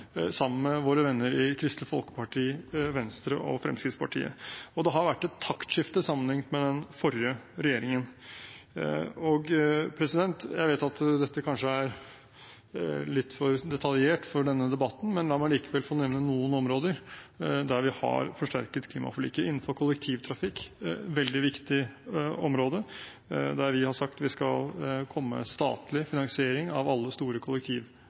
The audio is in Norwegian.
sammen med våre venner i Kristelig Folkeparti, Venstre og Fremskrittspartiet. Det har vært et taktskifte sammenlignet med den forrige regjeringen. Jeg vet at dette kanskje er litt for detaljert for denne debatten, men la meg likevel få nevne noen områder der vi har forsterket klimaforliket: innenfor kollektivtrafikk – et veldig viktig område der vi har sagt at vi skal komme med statlig finansiering inntil 50 pst. av alle store